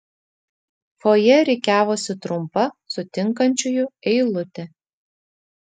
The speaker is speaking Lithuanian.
fojė rikiavosi trumpa sutinkančiųjų eilutė